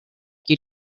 you